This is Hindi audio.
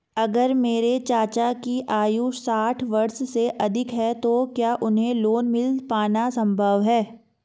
अगर मेरे चाचा की आयु साठ वर्ष से अधिक है तो क्या उन्हें लोन मिल पाना संभव है?